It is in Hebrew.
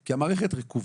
כי המערכת רקובה.